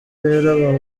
rero